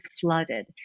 flooded